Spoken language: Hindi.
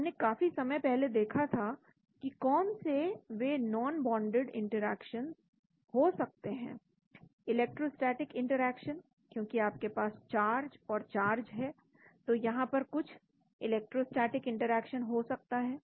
तो हमने काफी समय पहले देखा था कि कौन से वे नॉनबोंडेड इंटरेक्शन हो सकते हैं इलेक्ट्रोस्टेटिक इंटरेक्शन क्योंकि आपके पास चार्ज और चार्ज है तो यहां पर कुछ इलेक्ट्रोस्टेटिक इंटरेक्शन हो सकता है